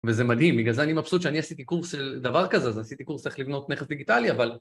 וזה מדהים, בגלל זה אני מבסוט שאני עשיתי קורס של דבר כזה, אז עשיתי קורס על איך לבנות נכס דיגיטלי, אבל...